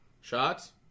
Shots